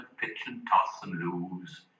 pitch-and-toss-and-lose